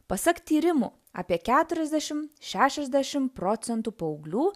pasak tyrimų apie keturiasdešim šešiasdešim procentų paauglių